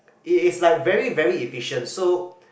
it it's like very very efficient so